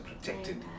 protected